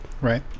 Right